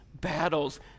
battles